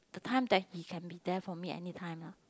the time he can be there for me anytime lah